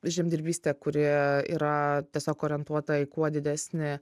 žemdirbystė kuri yra tiesiog orientuota į kuo didesnį